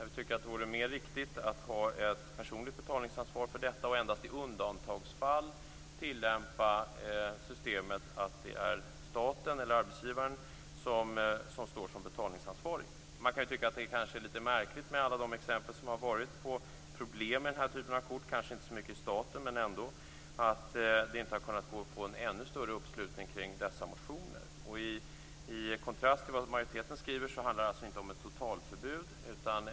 Vi tycker att det vore mer riktigt att ha ett personligt betalningsansvar och endast i undantagsfall tillämpa systemet att det är staten eller arbetsgivaren som står som betalningsansvarig. Man kan tycka att det är litet märkligt med tanke på alla de problem som har förekommit med den här typen av kort, kanske inte så mycket i staten men ändå, att det inte har gått att få en ännu större uppslutning kring denna motion. I kontrast till vad majoriteten skriver vill jag säga att det inte handlar om ett totalförbud.